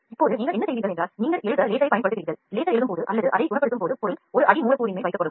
இப்போது நீங்கள் எழுத லேசரைப் பயன்படுத்துகிறீர்கள் லேசர் எழுதும்போது பொருள் அடிமூலக்கூறின் மேல் வடிவு செய்யப்படும்